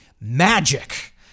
magic